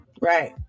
Right